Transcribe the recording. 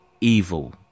evil